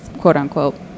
quote-unquote